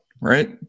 right